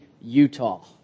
Utah